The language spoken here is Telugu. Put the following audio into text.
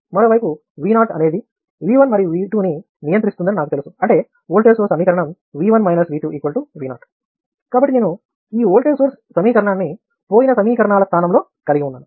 మరోవైపు ఈ V0 అనేది V1 మరియు V2 ని నియంత్రిస్తుందని నాకు తెలుసు అంటే వోల్టేజ్ సోర్స్ సమీకరణం V1 V2 V0 కాబట్టి నేను ఈ వోల్టేజ్ సోర్స్ సమీకరణాన్ని పోయిన సమీకరణాల స్థానంలో కలిగి ఉన్నాను